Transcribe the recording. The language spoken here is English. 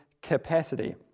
Capacity